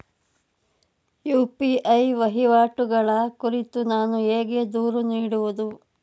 UPI ವಹಿವಾಟುಗಳ ಕುರಿತು ನಾನು ಹೇಗೆ ದೂರು ನೀಡುವುದು?